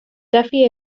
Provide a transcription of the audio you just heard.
duffy